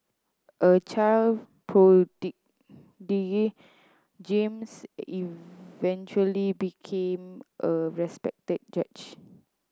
a child prodigy James eventually became a respected judge